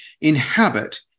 inhabit